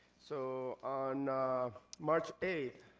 so, on march eighth,